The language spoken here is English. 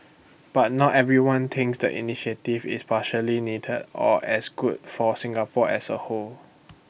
but not everyone thinks the initiative is partially needed or as good for Singapore as A whole